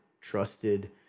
trusted